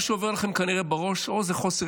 משהו עובר לכם כנראה בראש או איזה חוסר